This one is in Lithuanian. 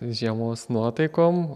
žiemos nuotaikom